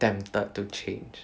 tempted to change